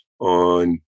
on